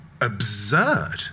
absurd